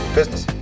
Business